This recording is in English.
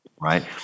right